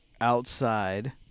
outside